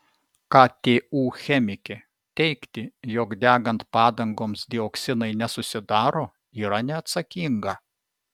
ktu chemikė teigti jog degant padangoms dioksinai nesusidaro yra neatsakinga